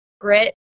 grit